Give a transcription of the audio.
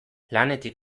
lanetik